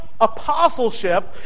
apostleship